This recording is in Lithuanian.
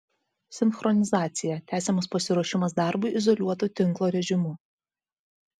sinchronizacija tęsiamas pasiruošimas darbui izoliuoto tinklo režimu